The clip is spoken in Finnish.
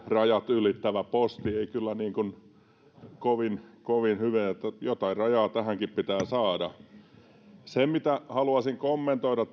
rajat ylittävä posti ei kyllä niin kuin kovin kovin hyvää jotain rajaa tähänkin pitää saada haluaisin kommentoida